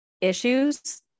issues